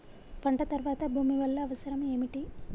పంట తర్వాత భూమి వల్ల అవసరం ఏమిటి?